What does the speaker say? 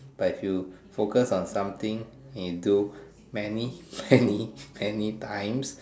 but if you focus on something and you do many many many times